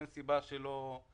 אין סיבה שלא ייתנו לו.